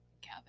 gather